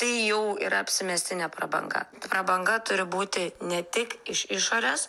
tai jau yra apsimestinė prabanga prabanga turi būti ne tik iš išorės